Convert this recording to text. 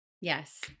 Yes